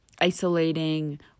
isolating